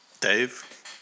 Dave